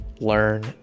learn